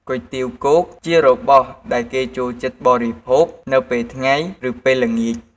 គុយទាវគោកជារបស់ដែលគេចូលចិត្តបរិភោគនៅពេលថ្ងៃ ឬពេលល្ងាច។